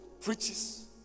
preaches